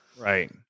Right